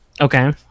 Okay